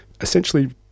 Essentially